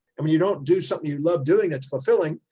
i mean you don't do something you love doing, that's fulfilling,